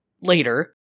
later